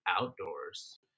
Outdoors